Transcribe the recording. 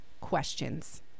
questions